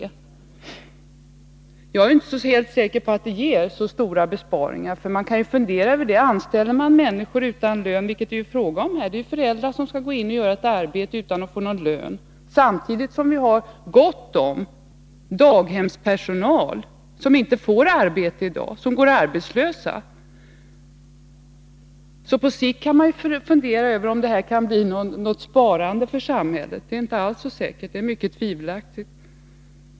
Men jag är inte helt säker på att de ger så stora besparingar. Man kan fundera över det: Här anställer man människor utan lön — föräldrar skall gå in och utföra ett oavlönat arbete — samtidigt som det finns gott om daghemspersonal som går arbetslös i dag! Således kan man fundera på om det på sikt kan innebära något sparande för samhället. Det är inte alls säkert. Det är mycket tvivelaktigt.